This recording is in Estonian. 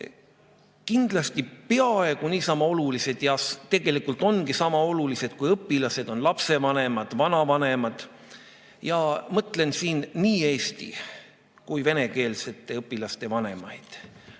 kindlasti peaaegu niisama olulised ja tegelikult ongi niisama olulised kui õpilased lapsevanemad ja vanavanemad. Mõtlen siin nii eesti‑ kui ka venekeelsete õpilaste vanemaid.